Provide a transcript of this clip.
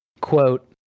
quote